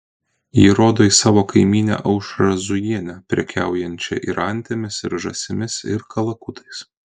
ji rodo į savo kaimynę aušrą zujienę prekiaujančią ir antimis ir žąsimis ir kalakutais